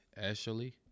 Ashley